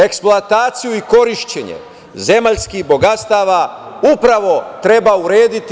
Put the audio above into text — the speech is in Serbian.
Eksploataciju i korišćenje zemaljskih bogatstava upravo treba urediti.